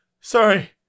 sorry